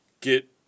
get